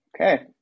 Okay